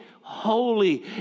Holy